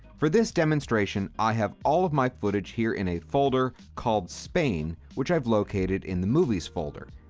for this demonstration, i have all of my footage here in a folder called spain, which i've located in the movies folder.